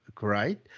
right